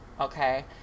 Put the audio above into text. Okay